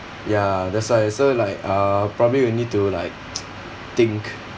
ya that's why so like uh probably will need to like think